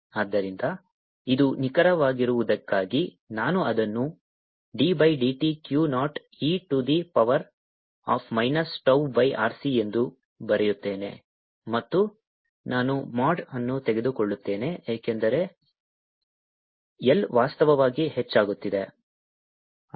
ಆದ್ದರಿಂದ ಇದು ನಿಖರವಾಗಿರುವುದಕ್ಕಾಗಿ ನಾನು ಅದನ್ನು d by dt Q naught e to the power of minus tau by R C ಎಂದು ಬರೆಯುತ್ತೇನೆ ಮತ್ತು ನಾನು ಮಾಡ್ ಅನ್ನು ತೆಗೆದುಕೊಳ್ಳುತ್ತೇನೆ ಏಕೆಂದರೆ I ವಾಸ್ತವವಾಗಿ ಹೆಚ್ಚಾಗುತ್ತಿದೆ